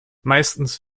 meistens